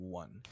one